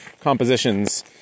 compositions